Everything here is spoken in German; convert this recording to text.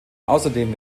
außerdem